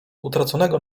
utraconego